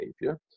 behavior